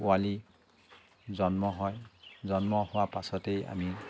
পোৱালি জন্ম হয় জন্ম হোৱা পাছতেই আমি